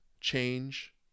change